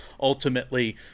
ultimately